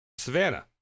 savannah